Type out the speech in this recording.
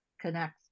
connect